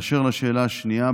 באשר לשאלה השנייה,